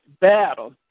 battle